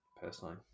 personally